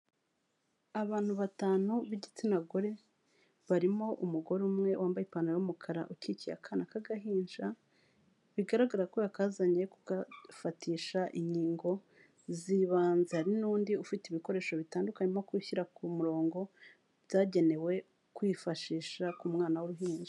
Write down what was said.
Abantu batanu b'igitsina gore, barimo umugore umwe wambaye ipantaro y'umukara ukikiye akana k'agahinja, bigaragara ko yakazanye kugafatisha inkingo zibanze, hari n'undi ufite ibikoresho bitandukanye arimo kubishyira ku murongo byagenewe kwifashisha ku mwana w'uruhinja.